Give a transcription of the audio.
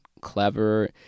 Clever